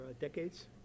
decades